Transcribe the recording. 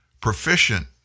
proficient